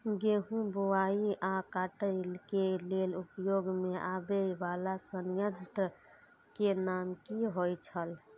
गेहूं बुआई आ काटय केय लेल उपयोग में आबेय वाला संयंत्र के नाम की होय छल?